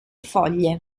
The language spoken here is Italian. foglie